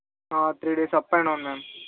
three days up and down ma'am